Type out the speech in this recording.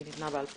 היא ניתנה בעל פה.